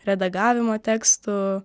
redagavimo tekstų